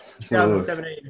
2017